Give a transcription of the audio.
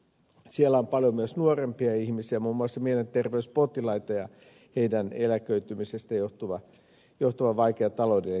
siellä on paljon myös nuorempia ihmisiä muun muassa mielenterveyspotilaita joilla on varhaisesta eläköitymisestä johtuva vaikea taloudellinen tilanne